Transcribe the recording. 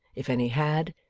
if any had,